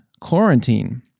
quarantine